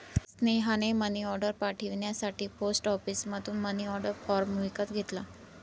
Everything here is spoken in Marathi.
स्नेहाने मनीऑर्डर पाठवण्यासाठी पोस्ट ऑफिसमधून मनीऑर्डर फॉर्म विकत घेतला